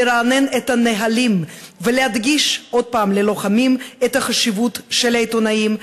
לרענן את הנהלים ולהדגיש עוד פעם ללוחמים את החשיבות של העיתונאים,